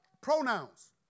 pronouns